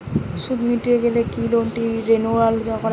সুদ মিটিয়ে দিলে কি লোনটি রেনুয়াল করাযাবে?